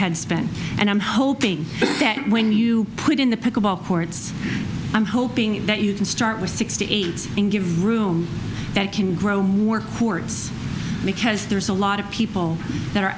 head spin and i'm hoping that when you put in the pick of all ports i'm hoping that you can start with sixty eight and give room that can grow more courts because there's a lot of people that are